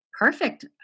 Perfect